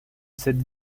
cette